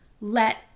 let